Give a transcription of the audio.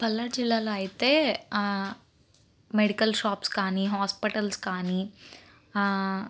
పల్నాడు జిల్లాలో అయితే medical shops కానీ హాస్పటల్స్ కానీ